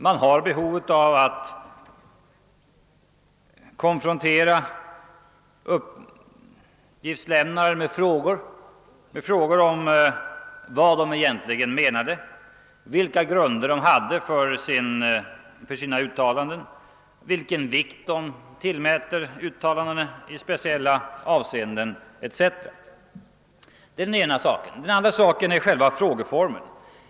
Man har behov av att kunna konfrontera uppgiftslämnarna med frågor om vad de egentligen menar, på vilka grunder de bygger sina uttalanden, vilken vikt de tillmäter sina uttalanden i speciella avseenden etc. Det är den ena saken. Det andra är själva frågeformen.